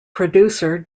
producer